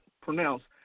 pronounced